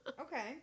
okay